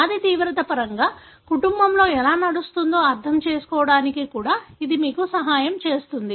వ్యాధి తీవ్రత పరంగా కుటుంబంలో ఎలా నడుస్తుందో అర్థం చేసుకోవడానికి కూడా ఇది మీకు సహాయం చేస్తుంది